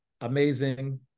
amazing